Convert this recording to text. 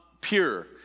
pure